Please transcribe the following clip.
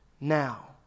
now